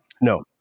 No